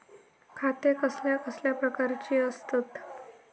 खाते कसल्या कसल्या प्रकारची असतत?